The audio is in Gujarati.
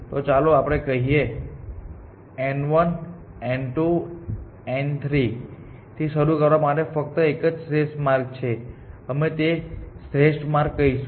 તો ચાલો આપણે કહીએ કે n 1 n 2 n 3 થી શરૂ કરવા માટે ફકત એક જ શ્રેષ્ઠ માર્ગ છે અમે તેને શ્રેષ્ઠ માર્ગ કહીશું